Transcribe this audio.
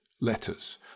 letters